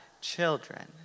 children